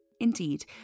indeed